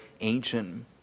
ancient